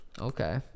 Okay